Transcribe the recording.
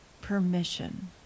permission